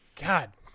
God